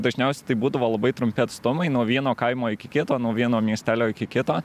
dažniausiai tai būdavo labai trumpi atstumai nuo vieno kaimo iki kito nuo vieno miestelio iki kito